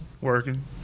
working